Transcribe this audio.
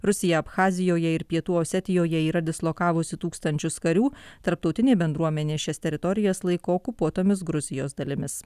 rusija abchazijoje ir pietų osetijoje yra dislokavusi tūkstančius karių tarptautinė bendruomenė šias teritorijas laiko okupuotomis gruzijos dalimis